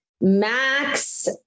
max